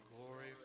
glory